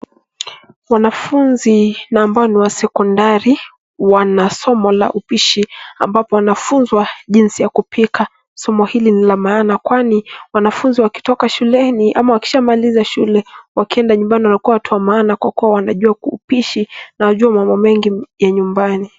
Wanafunzi na ambao ni wa sekondari wana somo la upishi ambapo wanafunzwa jinsi ya kupika. Somo hili ni la maana kwani wanafunzi wakitoka shuleni ama wakishamaliza shule wakienda nyumbani wanakuwa watu wa maana kwa kuwa wanajua upishi na wanajua mambo mengi ya nyumbani.